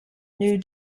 new